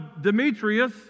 Demetrius